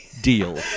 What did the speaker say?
Deal